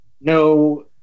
no